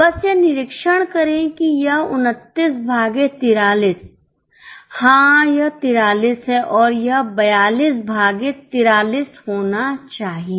बस यह निरीक्षण करें कि यह 29 भागे 43 हाँ यह 43 है और यह 42 भागे 43 होना चाहिए